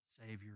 Savior